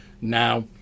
now